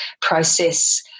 process